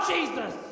Jesus